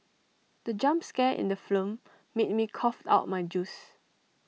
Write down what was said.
the jump scare in the film made me cough out my juice